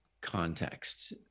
context